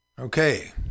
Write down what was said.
Okay